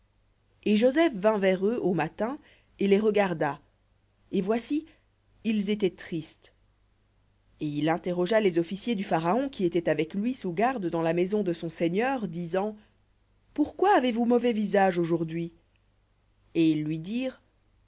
et joseph vint vers eux au matin et les regarda et voici ils étaient tristes et il interrogea les officiers du pharaon qui étaient avec lui sous garde dans la maison de son seigneur disant pourquoi avez-vous mauvais visage aujourdhui et ils lui dirent